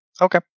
Okay